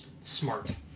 Smart